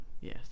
Yes